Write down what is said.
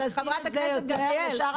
לא, לא, זאת בדיוק לא הייתה המטרה.